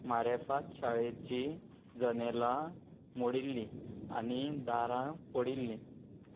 मारेफाद शाळेची जनेलां मोडिल्लीं आनी दारां फोडिल्लीं